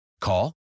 Call